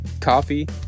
coffee